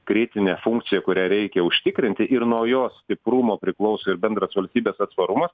kritinė funkcija kurią reikia užtikrinti ir nuo jos stiprumo priklauso ir bendras valstybės atsparumas